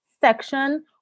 section